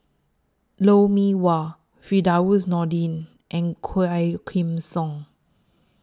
Lou Mee Wah Firdaus Nordin and Quah Kim Song